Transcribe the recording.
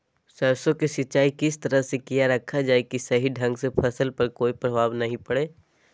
सरसों के सिंचाई किस तरह से किया रखा जाए कि सही ढंग से फसल पर कोई प्रभाव नहीं पड़े?